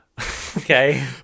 Okay